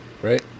Right